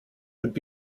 would